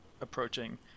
approaching